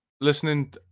listening